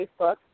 Facebook